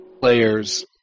players